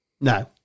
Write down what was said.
no